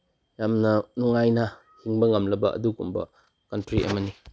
ꯌꯥꯝꯅ ꯅꯨꯡꯉꯥꯏꯅ ꯍꯤꯡꯕ ꯉꯝꯂꯕ ꯑꯗꯨꯒꯨꯝꯕ ꯀꯟꯇ꯭ꯔꯤ ꯑꯃꯅꯤ